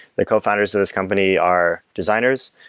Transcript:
the co-founders of this company are designers.